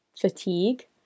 fatigue